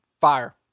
fire